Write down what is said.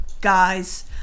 guys